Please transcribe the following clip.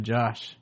Josh